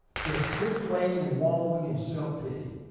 just quit laying and wallowing in self pity.